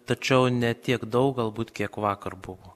tačiau ne tiek daug galbūt kiek vakar buvo